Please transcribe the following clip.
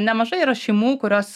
nemažai yra šeimų kurios